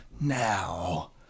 Now